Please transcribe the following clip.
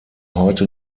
heute